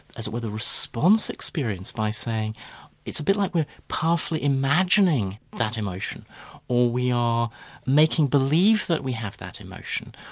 as it were, the response experience by saying it's a bit like we're powerfully imagining that emotion or we are making believe that we have that emotion,